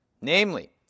namely